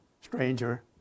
stranger